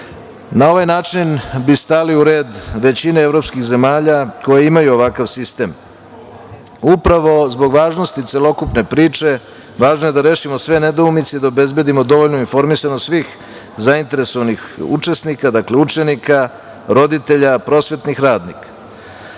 Na ovaj način bi stali u red većine evropskih zemalja koje imaju ovakav sistem. Upravo zbog važnosti celokupne priče, važno je da rešimo sve nedoumice i da obezbedimo dovoljnu informisanost svih zainteresovanih učesnika, dakle, učenika, roditelja, prosvetnih radnika.